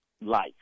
life